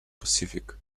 pacific